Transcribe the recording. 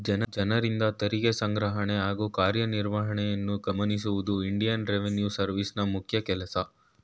ಜನರಿಂದ ತೆರಿಗೆ ಸಂಗ್ರಹಣೆ ಹಾಗೂ ಕಾರ್ಯನಿರ್ವಹಣೆಯನ್ನು ಗಮನಿಸುವುದು ಇಂಡಿಯನ್ ರೆವಿನ್ಯೂ ಸರ್ವಿಸ್ ಮುಖ್ಯ ಕೆಲಸ